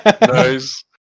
Nice